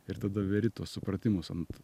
ir tada veri tuos supratimus ant